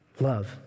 love